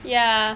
ya